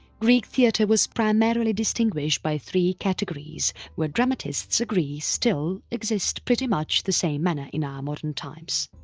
greek theatre was primarily distinguished by three categories where dramatists agree still exist pretty much the same manner in our modern times.